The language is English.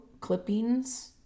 clippings